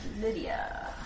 Lydia